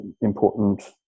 important